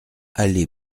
allée